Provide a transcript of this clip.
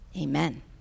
Amen